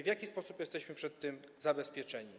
W jaki sposób jesteśmy przed tym zabezpieczeni?